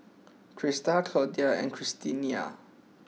Crysta Claudia and Christiana